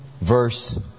verse